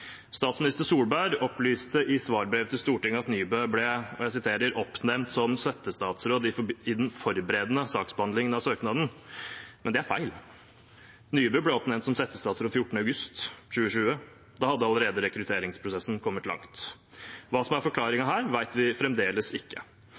Statsminister Solberg opplyste i svarbrevet til Stortinget at Nybø «ble oppnevnt som settestatsråd i den forberedende saksbehandlingen av søknadene». Det er feil. Nybø ble oppnevnt som settestatsråd 14. august 2020. Da hadde allerede rekrutteringsprosessen kommet langt. Hva som er